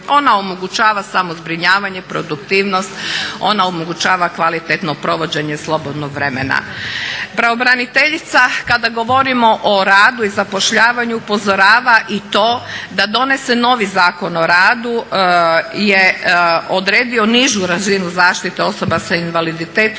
ona omogućava samo zbrinjavanje, produktivnost, ona omogućava kvalitetno provođenje slobodnog vremena. Pravobraniteljica kada govorimo o radu i zapošljavanju upozorava i to da doneseni novi Zakon o radu je odredio nižu razinu zaštite osoba s invaliditetom